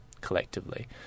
collectively